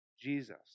Jesus